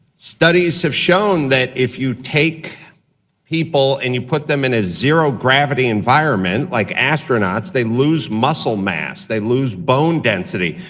studies have shown that if you take people and put them in a zero gravity environment, like astronauts, they lose muscle mass, they lose bone density.